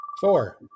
Four